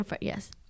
yes